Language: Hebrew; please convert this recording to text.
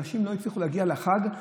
לא הצליחו להגיע לחג,